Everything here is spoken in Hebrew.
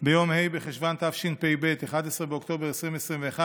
ביום ה' בחשוון התשפ"ב, 11 באוקטובר 2021,